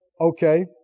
Okay